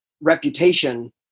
reputation